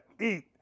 eat